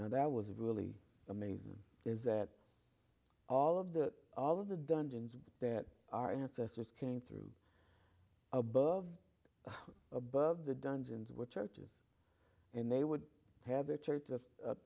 now that was really amazing is that all of that all of the dungeons that our ancestors came through above above the dungeons were churches and they would have their church